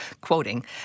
Quoting